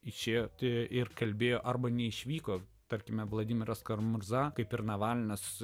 išėjote ir kalbėjo arba neišvyko tarkime vladimiras karmurza kaip ir navalnas